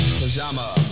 Pajama